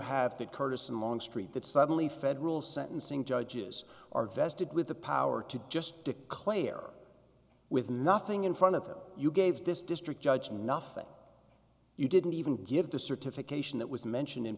have that courtesan longstreet that suddenly federal sentencing judges are vested with the power to just declare with nothing in front of them you gave this district judge nothing you didn't even give the certification that was mentioned in